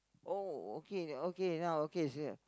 oh okay okay then I okay